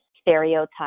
stereotype